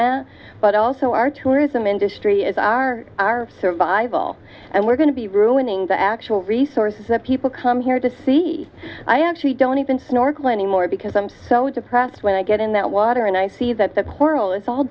that but also our tourism industry is our our survival and we're going to be ruining the actual resources that people come here to see i actually don't even snorkel anymore because i'm so depressed when i get in that water and i see that the coral is all